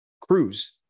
cruise